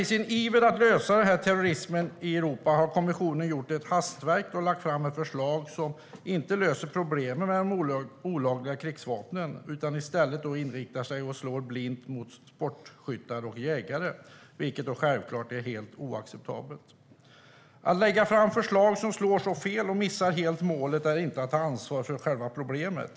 I sin iver att lösa terrorismen i Europa har kommissionen gjort ett hastverk och lagt fram ett förslag med vilket man inte löser problemen med de olagliga krigsvapnen. Förslaget riktar i stället in sig på och slår blint mot sportskyttar och jägare. Det är självklart helt oacceptabelt. Att lägga fram förslag som slår så fel och helt missar målet är inte att ta ansvar för själva problemet.